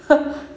ha